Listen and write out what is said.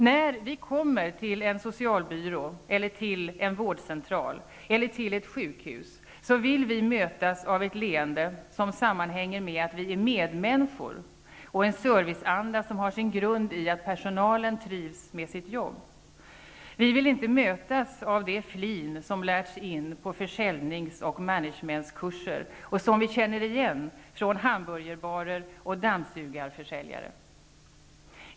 När vi kommer till en socialbyrå, en vårdcentral eller ett sjukhus vill vi mötas av ett leende som sammanhänger med att vi är medmänniskor, och en serviceanda som har sin grund i att personalen trivs med sitt jobb. Vi vill inte mötas av det flin som lärts in på försäljnings och managementkurser och som vi känner igen från hamburgerbarer och dammsugarförsäljare.